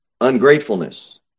ungratefulness